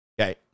Okay